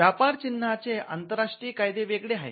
व्यापार चिन्हांचे आंतराष्ट्रीय कायदे वेगळे आहेत